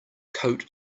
coat